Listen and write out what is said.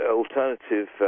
alternative